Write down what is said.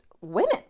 women